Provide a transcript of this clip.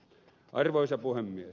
arvoisa puhemies